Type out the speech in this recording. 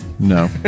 No